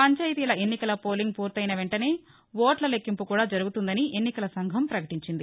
పంచాయితీల ఎన్నికల పోలింగ్ పూర్తయిన వెంటనే ఓట్ల లెక్కింపు కూడా జరుగుతుందని ఎన్నికల సంఘం ప్రకటించింది